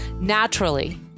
naturally